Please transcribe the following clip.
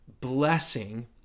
blessing